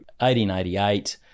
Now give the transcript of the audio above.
1888